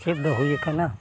ᱪᱮᱫ ᱫᱚ ᱦᱩᱭ ᱠᱟᱱᱟ